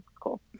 cool